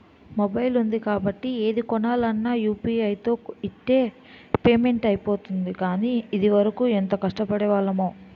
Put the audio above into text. mobile ఉంది కాబట్టి ఏది కొనాలన్నా యూ.పి.ఐ తో ఇట్టే పేమెంట్ అయిపోతోంది కానీ, ఇదివరకు ఎంత కష్టపడేవాళ్లమో